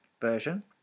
version